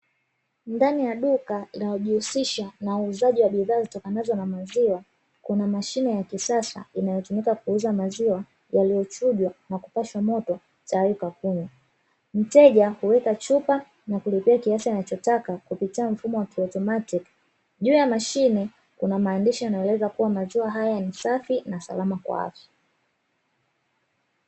Ndani ya duka linalojihusisha na uuzaji wa bidhaa zitengenezwa na maziwa, kuna mashine ya kisasa inayotumika kuuza maziwa yaliyochujwa na kupashwa moto tayari kwa kunywa. Mteja huweka chupa na kulipia kiasi anachotaka kupitia mfumo wa kiotomatiki. Juu ya mashine kuna maandishi yanayoeleza kuwa maziwa haya ni safi na salama kwa afya.